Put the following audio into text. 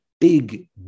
big